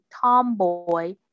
tomboy